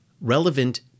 relevant